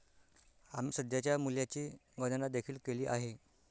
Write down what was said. आम्ही सध्याच्या मूल्याची गणना देखील केली आहे